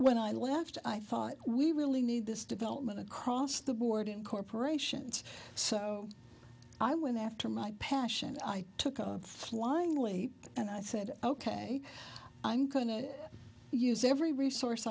when i left i thought we really need this development across the board in corporations so i went after my passion i took a flying leap and i said ok i'm going to use every resource